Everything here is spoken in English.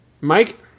Mike